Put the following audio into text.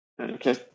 Okay